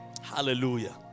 Hallelujah